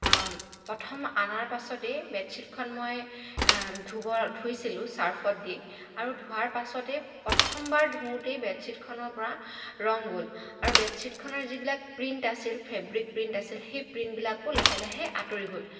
প্ৰথম অনাৰ পাছতেই বেডশ্বীটখন মই ধুব ধুইছিলোঁ ছাৰ্ফত দি আৰু ধোৱাৰ পাছতেই প্ৰথমবাৰ ধুওঁতেই বেডশ্বীটখনৰ পৰা ৰং গ'ল আৰু বেডশ্বীটখনৰ যিবিলাক প্ৰিণ্ট আছিল ফ্ৰেব্ৰিক প্ৰিণ্ট আছিল সেই প্ৰিণ্টবিলাকো লাহে লাহে আঁতৰি গ'ল